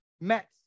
met